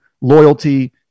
loyalty